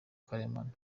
karemano